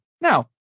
Now